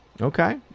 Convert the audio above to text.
Okay